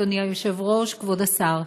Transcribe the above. אדוני היושב-ראש, כבוד השר,